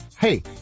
Hey